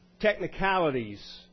Technicalities